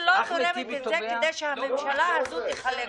18:32 ונתחדשה בשעה 20:00.)